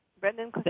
Brendan